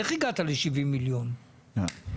איך הגעת ל-70 מיליון ₪?